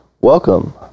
Welcome